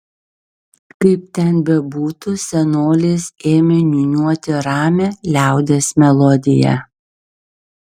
kaip ten bebūtų senolis ėmė niūniuoti ramią liaudies melodiją